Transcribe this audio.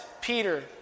Peter